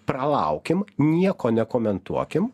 pralaukim nieko nekomentuokim